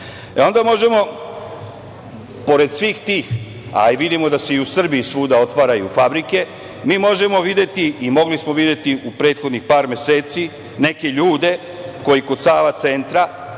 mladih ljudi. Pored svih tih, a vidimo da se i u Srbiji svuda otvaraju fabrike, mi možemo videti i mogli smo videti u prethodnih par meseci neke ljude koji kod Sava centra,